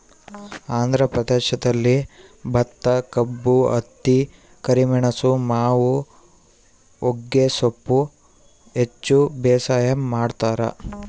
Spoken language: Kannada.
ಆಂಧ್ರ ಪ್ರದೇಶದಲ್ಲಿ ಭತ್ತಕಬ್ಬು ಹತ್ತಿ ಕರಿಮೆಣಸು ಮಾವು ಹೊಗೆಸೊಪ್ಪು ಹೆಚ್ಚು ಬೇಸಾಯ ಮಾಡ್ತಾರ